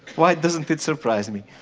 why doesn't it surprise me?